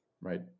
right